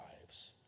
lives